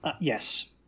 yes